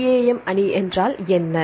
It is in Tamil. PAM அணி என்றால் என்ன